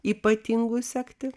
ypatingus sekti